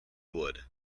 wood